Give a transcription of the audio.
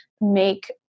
make